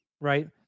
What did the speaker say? right